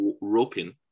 roping